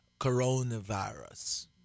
coronavirus